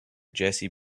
jessie